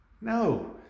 No